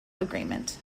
agreement